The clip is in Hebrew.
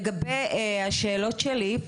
לגבי השאלות שלי,